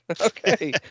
okay